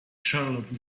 charlotte